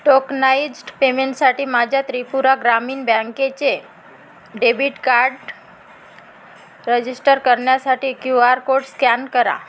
tokenised पेमेंटसाठी माझ्या त्रिपुरा ग्रामीण बँकेचे डेबिट कार्ड रजिस्टर करण्यासाठी क्यू आर कोड स्कॅन करा